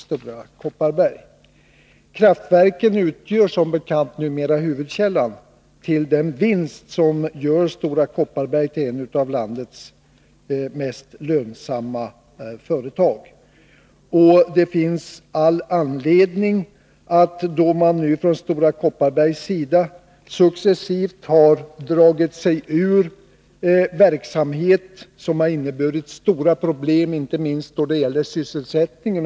Detta är tvärtemot vad utskottet anser. Kraftverken utgör som bekant numera huvudkällan till den vinst som gör Stora Kopparberg till ett av landets mest lönsamma företag. Man har nu från Stora Kopparbergs sida successivt dragit sig ur verksamhet som har inneburit stora problem, inte minst då det gäller sysselsättningen.